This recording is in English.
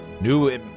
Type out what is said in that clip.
New